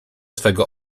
twego